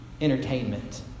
entertainment